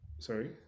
Sorry